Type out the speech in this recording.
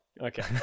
Okay